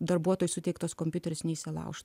darbuotojui suteiktus kompiuterius neįsilaužt